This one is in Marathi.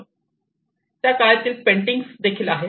त्या काळातील पेंटिंग देखील आहेत